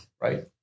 Right